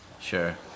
Sure